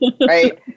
right